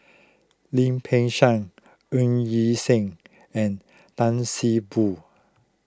Lim Peng Siang Ng Yi Sheng and Tan See Boo